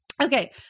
Okay